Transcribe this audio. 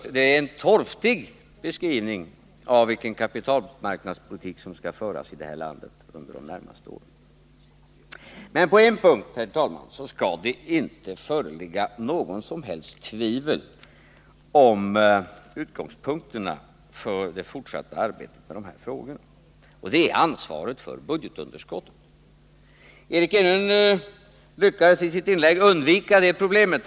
Nej, det var en torftig beskrivning av vilken kapitalmarknadspolitik som skall föras i det här landet under de närmaste åren. Men på en punkt, herr talman, skall det inte föreligga något som helst tvivel om utgångspunkterna för det fortsatta arbetet med de här frågorna, och det gäller ansvaret för budgetunderskottet. Eric Enlund lyckades i sitt inlägg undvika detta problem.